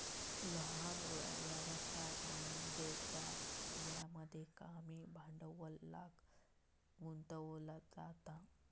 लहान व्यवसाय म्हनज्ये ज्यामध्ये कमी भांडवल गुंतवला जाता